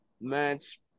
match